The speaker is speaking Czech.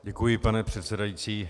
Děkuji, pane předsedající.